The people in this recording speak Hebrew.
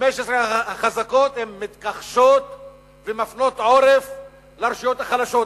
15 החזקות מתכחשות ומפנות עורף לרשויות החלשות,